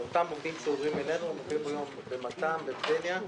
אותם עובדים שעוברים אלינו יישארו בדניה ובמת"ם.